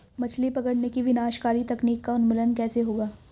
मछली पकड़ने की विनाशकारी तकनीक का उन्मूलन कैसे होगा?